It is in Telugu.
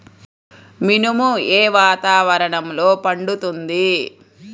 మినుము ఏ వాతావరణంలో పండుతుంది?